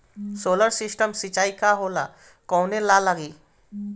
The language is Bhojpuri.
सोलर सिस्टम सिचाई का होला कवने ला लागी?